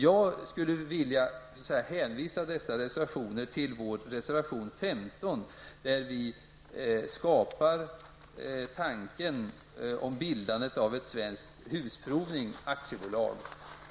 Jag skulle vilja hänvisa dessa reservationer till vår reservation 15, i vilken vi ger uttryck för tanken att bilda Svensk Husprovning AB.